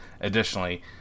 additionally